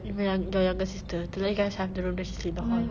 th~ the younger sister to let you guys have the room then she sleep in the hall